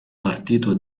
partito